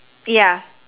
ya